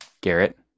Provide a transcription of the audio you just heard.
Garrett